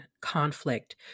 conflict